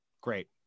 Great